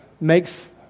makes